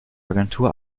agentur